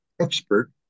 expert